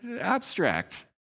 abstract